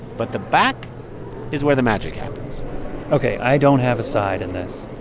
but the back is where the magic happens ok. i don't have a side in this,